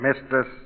Mistress